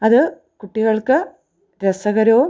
അത് കുട്ടികൾക്ക് രസകരവും